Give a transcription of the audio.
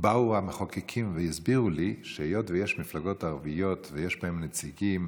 באו המחוקקים והסבירו לי שהיות שיש מפלגות ערביות ויש בהן נציגים,